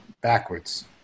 backwards